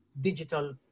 digital